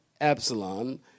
Absalom